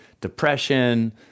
depression